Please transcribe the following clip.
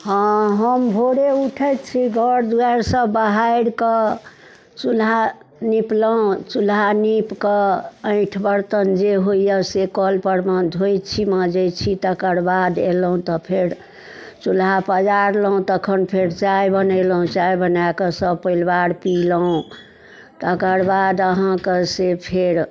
हँ हम भोरे उठै छी घर दुआरि सब बहारिकऽ चुल्हा नीपलहुँ चुल्हा नीपकऽ ऐँठि बर्तन जे होइए से कलपर मे धोइ छी माँजै छी तकर बाद अयलहुँ तऽ फेर चुल्हा पजारलहुँ तऽ तखन फेर चाय बनेलहुँ चाय बनाकऽ सपरिवार पिलहुँ तकर बाद अहाँके से फेर